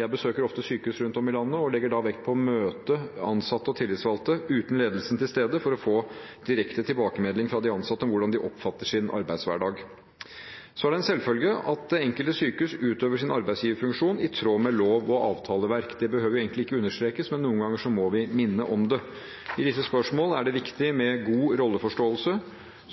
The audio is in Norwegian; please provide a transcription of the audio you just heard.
Jeg besøker ofte sykehus rundt om i landet, og jeg legger da vekt på å møte ansatte og tillitsvalgte uten ledelsen til stede for å få direkte tilbakemelding fra de ansatte om hvordan de oppfatter sin arbeidshverdag. Så er det en selvfølge at det enkelte sykehus utøver sin arbeidsgiverfunksjon i tråd med lov- og avtaleverk. Det behøver egentlig ikke understrekes, men noen ganger må vi minne om det. I disse spørsmål er det viktig med god rolleforståelse.